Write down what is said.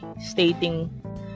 stating